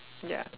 ya